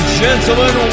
gentlemen